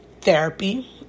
therapy